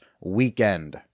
weekend